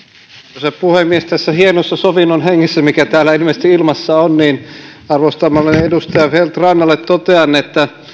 arvoisa puhemies tässä hienossa sovinnon hengessä mikä täällä ilmeisesti ilmassa on arvostamalleni edustaja feldt rannalle totean että